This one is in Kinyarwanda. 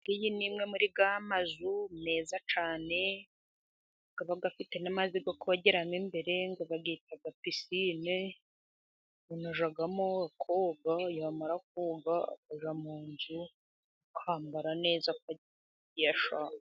Iyi ni imwe muri ya mazu meza cyane, aba afite n'amazi yo kogera mo imbere ngo bakita pisine. Umuntu ajyamo akoga, yamara koga akajya mu nzu, akambara neza akajya iyo ashaka.